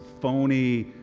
phony